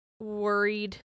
Worried